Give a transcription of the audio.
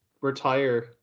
retire